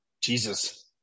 Jesus